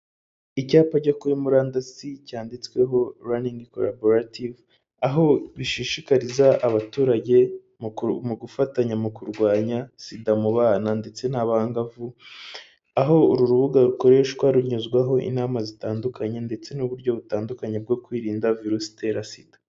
Icyapa cyo kuri murandasi cyanditsweho runingi koraborative aho bishishikariza abaturage mu gufatanya mu kurwanya sida mu bana ndetse n'abangavu, aho uru rubuga rukoreshwa runyuzwaho inama zitandukanye ndetse n'uburyo butandukanye bwo kwirinda virusi itera sida.